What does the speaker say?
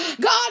God